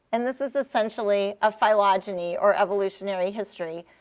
and this is essentially a phylogeny, or evolutionary history,